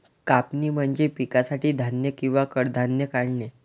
कापणी म्हणजे पिकासाठी धान्य किंवा कडधान्ये काढणे